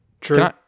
True